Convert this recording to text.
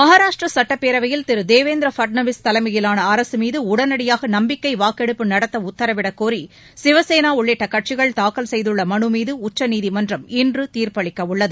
மஹாராஷ்ட்ர சட்டப்பேரவையில் திரு தேவேந்திர பட்நவிஸ் தலைமையிலாள அரசு மீது உடனடியாக நம்பிக்கை வாக்கெடுப்பு நடத்த உத்தரவிடக்கோரி சிவசேனா உள்ளிட்ட கட்சிகள் தாக்கல் செய்துள்ள மனு மீது உச்சநீதிமன்றம் இன்று தீர்ப்பளிக்க உள்ளது